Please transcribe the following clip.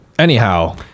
anyhow